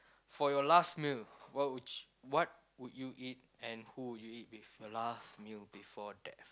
for your last meal what would you what would you eat and who will you eat with your last meal before death